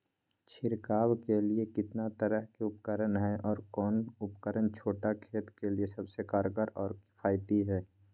छिड़काव के लिए कितना तरह के उपकरण है और कौन उपकरण छोटा खेत के लिए सबसे कारगर और किफायती है?